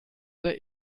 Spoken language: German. der